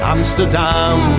Amsterdam